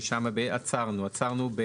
שם עצרנו.